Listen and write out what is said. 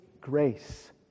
grace